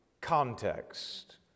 context